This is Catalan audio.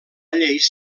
lleis